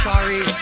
sorry